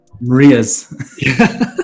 Maria's